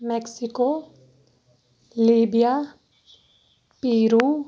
Mexico Libya Peru